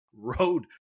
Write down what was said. Road